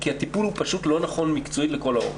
כי הטיפול הוא פשוט לא נכון מקצועית לכל האורך.